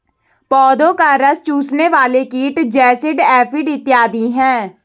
पौधों का रस चूसने वाले कीट जैसिड, एफिड इत्यादि हैं